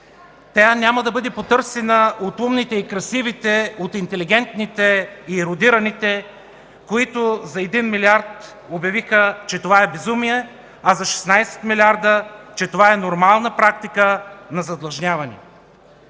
Тя няма да бъде потърсена от умните и красивите, от интелигентните и ерудираните, които за един милиард обявиха, че това е безумие, а за 16 милиарда, че това е нормална практика на задлъжняване.